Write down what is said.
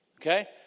okay